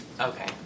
Okay